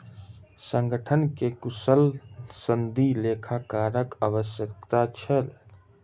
संगठन के कुशल सनदी लेखाकारक आवश्यकता छल